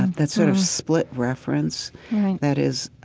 that sort of split reference right that is,